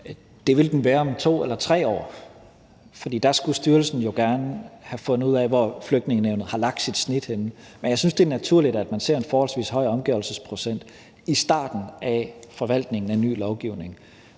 hvis det var om 2 eller 3 år, for da skulle styrelsen jo gerne have fundet ud af, hvor Flygtningenævnet har lagt sit snit. Men jeg synes, det er naturligt, at man ser en forholdsvis høj omgørelsesprocent i starten af forvaltningen af ny lovgivning.